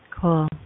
Cool